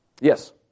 Yes